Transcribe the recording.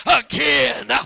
again